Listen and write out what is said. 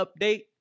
update